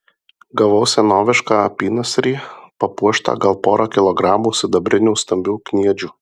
gavau senovišką apynasrį papuoštą gal pora kilogramų sidabrinių stambių kniedžių